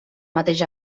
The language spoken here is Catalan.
mateix